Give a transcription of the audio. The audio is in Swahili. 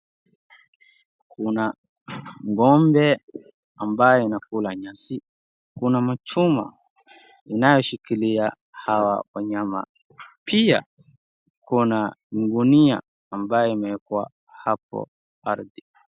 Kuna ng'ombe ambaye inakula nyasi. Kuna machuma inayoshikilia hawa wanyama pia kuna ngunia ambaye imewekwa hapo ardhi.